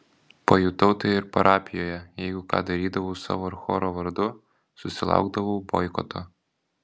pajutau tai ir parapijoje jeigu ką darydavau savo ir choro vardu susilaukdavau boikoto